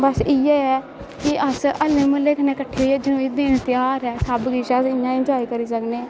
बस इ'यै ऐ कि अस हल्ले म्हल्ले कन्नै कट्ठे होइयै दिन त्यहार ऐ सब किश ऐ इ'यां इंजाए करी सकने